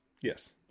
yes